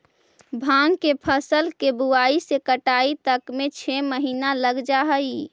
भाँग के फसल के बुआई से कटाई तक में छः महीना लग जा हइ